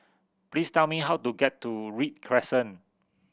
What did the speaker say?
please tell me how to get to Read Crescent